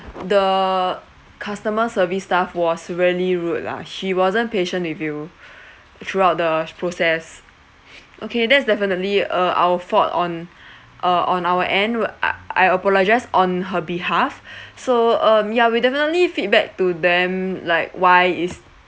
the customer service staff was really rude lah she wasn't patient with you throughout the process okay that's definitely uh our fault on uh on our end w~ I I apologise on her behalf so um yeah we definitely feedback to them like why is